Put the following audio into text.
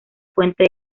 fuente